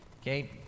Okay